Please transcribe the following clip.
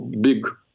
big